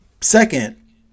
Second